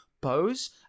pose